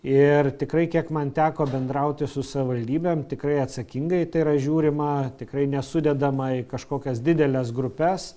ir tikrai kiek man teko bendrauti su savivaldybėm tikrai atsakingai į tai yra žiūrima tikrai ne sudedama į kažkokias dideles grupes